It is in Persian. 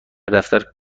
دفتر